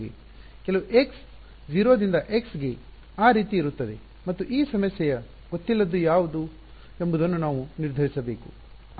ಕೆಲವು x 0 ರಿಂದ x ಗೆ ಆ ರೀತಿ ಇರುತ್ತದೆ ಮತ್ತು ಈ ಸಮಸ್ಯೆಯ ಗೊತ್ತಿಲ್ಲದ್ದು ಯಾವುವು ಎಂಬುದನ್ನು ನಾವು ನಿರ್ಧರಿಸಬೇಕು